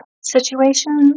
situation